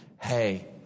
Hey